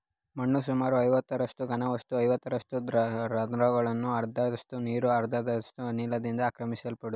ಮಣ್ಣು ಸುಮಾರು ಐವತ್ತರಷ್ಟು ಘನವಸ್ತು ಐವತ್ತರಷ್ಟು ರಂದ್ರಗಳು ಅರ್ಧದಷ್ಟು ನೀರು ಅರ್ಧದಷ್ಟು ಅನಿಲದಿಂದ ಆಕ್ರಮಿಸಲ್ಪಡ್ತದೆ